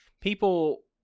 people